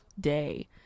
day